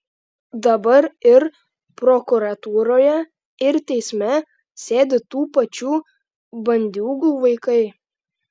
dabar ir prokuratūroje ir teisme sėdi tų pačių bandiūgų vaikai